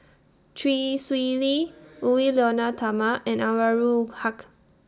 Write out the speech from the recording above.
Chee Swee Lee Edwy Lyonet Talma and Anwarul Haque